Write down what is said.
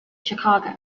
chicago